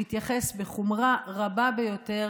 מתייחסת בחומרה רבה ביותר